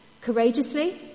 Courageously